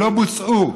שלא בוצעו.